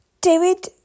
David